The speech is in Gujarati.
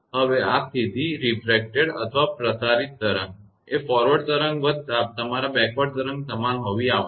હવે આ સ્થિતિ રિફ્રેક્ટેડ અથવા પ્રસારિત તરંગ એ ફોરવર્ડ તરંગ વત્તા તમારા બેકવર્ડ તરંગ સમાન હોવી આવશ્યક છે